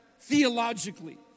theologically